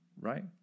right